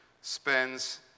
spends